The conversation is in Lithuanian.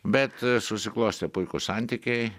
bet susiklostė puikūs santykiai